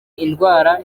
indwara